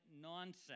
nonsense